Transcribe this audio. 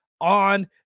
on